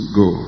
go